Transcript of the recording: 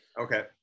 okay